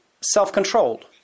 self-controlled